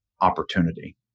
opportunity